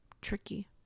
Tricky